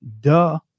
Duh